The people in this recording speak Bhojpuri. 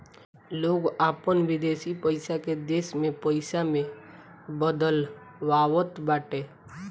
लोग अपन विदेशी पईसा के देश में पईसा में बदलवावत बाटे